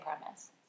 premise